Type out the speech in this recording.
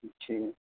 اچھے